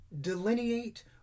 delineate